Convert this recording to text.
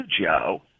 Joe